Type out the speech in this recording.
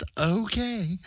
okay